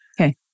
Okay